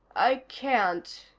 i can't,